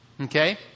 Okay